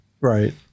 Right